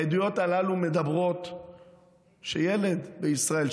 העדויות הללו מדברות על כך שילד בישראל,